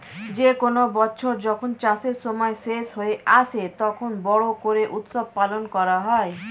যে কোনো বছর যখন চাষের সময় শেষ হয়ে আসে, তখন বড়ো করে উৎসব পালন করা হয়